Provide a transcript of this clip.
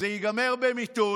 זה ייגמר במיתון,